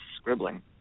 scribbling